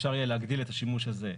אפשר יהיה להגדיל את השימוש הזה,